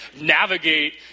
navigate